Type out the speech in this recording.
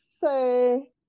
say